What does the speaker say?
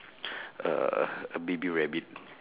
uh a baby rabbit